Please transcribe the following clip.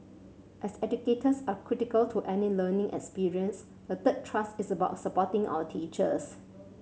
as educators are critical to any learning experience the third thrust is about supporting our teachers